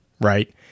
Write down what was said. right